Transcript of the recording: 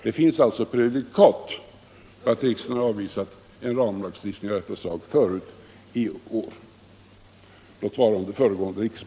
Det finns alltså prejudikat på att riksdagen har avvisat en ramlagstiftning.